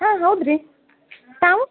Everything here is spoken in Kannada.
ಹಾಂ ಹೌದು ರೀ ತಾವು